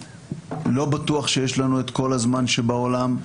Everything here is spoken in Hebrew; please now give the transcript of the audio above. לא בטוח שיש לנו את כל הזמן שבעולם,